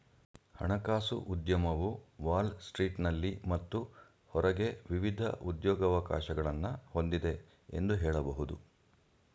ಹಣಕಾಸು ಉದ್ಯಮವು ವಾಲ್ ಸ್ಟ್ರೀಟ್ನಲ್ಲಿ ಮತ್ತು ಹೊರಗೆ ವಿವಿಧ ಉದ್ಯೋಗವಕಾಶಗಳನ್ನ ಹೊಂದಿದೆ ಎಂದು ಹೇಳಬಹುದು